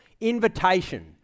invitation